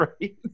right